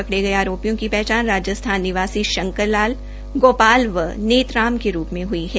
पकड़े गये आरोपियों की पहचानप राजस्थान निवासी शंकर लाल गोपाल व नेतराम के रूप में हुई है